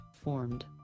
Formed